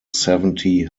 seventy